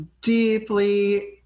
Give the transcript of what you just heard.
deeply